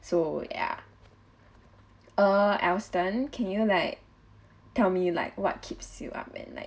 so ya err aston can you like tell me like what keeps you up at night